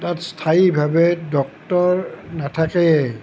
তাত স্থায়ীভাৱে ডক্তৰ নাথাকে